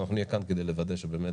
ואנחנו נהיה כאן כדי לוודא שבאמת